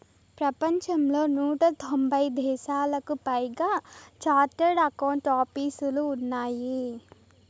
ప్రపంచంలో నూట తొంభై దేశాలకు పైగా చార్టెడ్ అకౌంట్ ఆపీసులు ఉన్నాయి